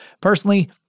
Personally